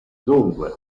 dunque